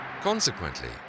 Consequently